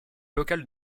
locale